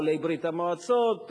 עולי ברית-המועצות,